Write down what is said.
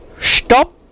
Stop